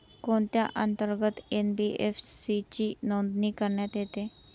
कोणत्या अंतर्गत एन.बी.एफ.सी ची नोंदणी करण्यात येते?